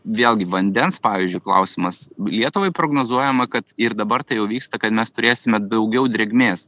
vėlgi vandens pavyzdžiui klausimas lietuvai prognozuojama kad ir dabar tai jau vyksta kad mes turėsime daugiau drėgmės